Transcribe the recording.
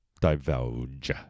divulge